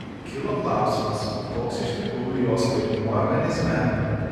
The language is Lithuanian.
kilo klausimas koks iš tikrųjų jos vaidmuo organizme